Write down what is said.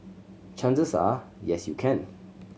chances are yes you can